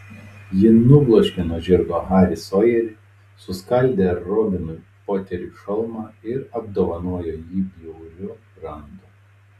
ji nubloškė nuo žirgo harį sojerį suskaldė robinui poteriui šalmą ir apdovanojo jį bjauriu randu